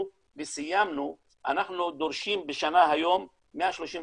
וסיימנו אנחנו דורשים בשנה היום 132